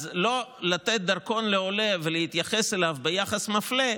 לא לתת דרכון לעולה ולהתייחס אליו ביחס מפלה,